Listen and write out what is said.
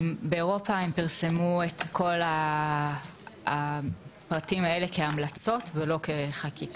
הם פרסמו את כל הפרטים האלה כהמלצות ולא כחקיקה.